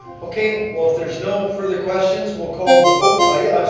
okay, well if there's no further questions we'll call the vote, oh yeah i'm